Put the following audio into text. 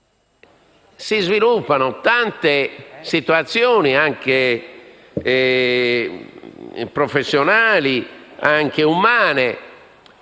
si sviluppano tante situazioni, anche professionali ed umane,